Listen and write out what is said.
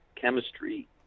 chemistry